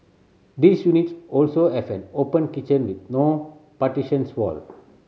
these units also have an open kitchen with no partitions wall